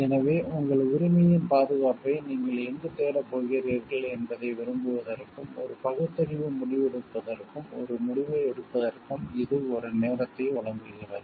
எனவே உங்கள் உரிமையின் பாதுகாப்பை நீங்கள் எங்கு தேடப் போகிறீர்கள் என்பதை விரும்புவதற்கும் ஒரு பகுத்தறிவு முடிவெடுப்பதற்கும் ஒரு முடிவை எடுப்பதற்கும் இது ஒரு நேரத்தை வழங்குகிறது